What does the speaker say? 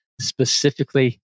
specifically